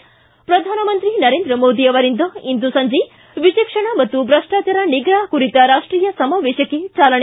ಿ ಪ್ರಧಾನಮಂತ್ರಿ ನರೇಂದ್ರ ಮೋದಿ ಅವರಿಂದ ಇಂದು ಸಂಜೆ ವಿಚಕ್ಷಣ ಮತ್ತು ಭ್ರಷ್ಟಾಚಾರ ನಿಗ್ರಹ ಕುರಿತ ರಾಷ್ಟೀಯ ಸಮಾವೇಶಕ್ಕೆ ಚಾಲನೆ